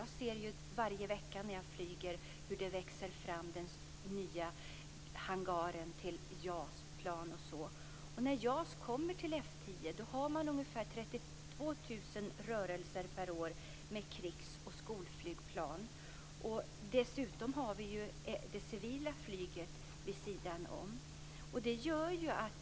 Jag ser ju varje vecka när jag flyger hur den nya hangaren till JAS-plan växer fram. När JAS kommer till F 10 har man ungefär 32 000 rörelser per år med krigs och skolflygplan. Dessutom finns det civila flyget vid sidan om.